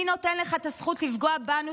מי נותן לך את הזכות לפגוע בנו,